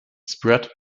spread